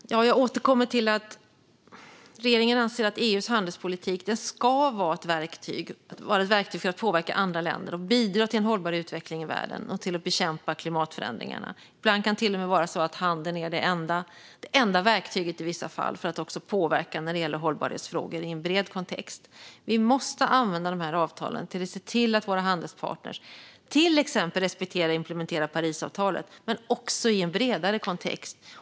Fru talman! Jag återkommer till att regeringen anser att EU:s handelspolitik ska vara ett verktyg för att påverka andra länder och bidra till en hållbar utveckling i världen och till att bekämpa klimatförändringarna. Ibland kan det till och med vara så att handeln i vissa fall är det enda verktyget för att påverka hållbarhetsfrågor i en bred kontext. Vi måste använda avtalen till att se till att våra handelspartner till exempel respekterar och implementerar Parisavtalet men också i en bredare kontext.